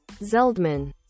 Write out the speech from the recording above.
Zeldman